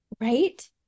right